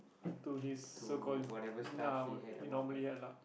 so his so called ya I would it normally ya lah